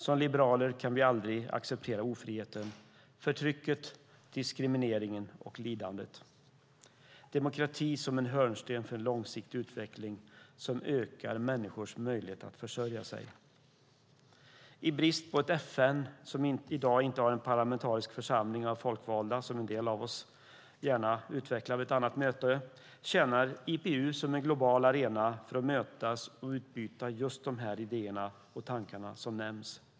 Som liberaler kan vi aldrig acceptera ofriheten, förtrycket, diskrimineringen och lidandet. Demokrati är en hörnsten för en långsiktig utveckling som ökar människors möjlighet att försörja sig. I brist på ett FN som har en parlamentarisk församling av folkvalda, något som en del av oss gärna utvecklar vid ett annat tillfälle, tjänar IPU som den globala arenan för att mötas och utbyta idéer och tankar om just det som nämnts.